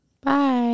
Bye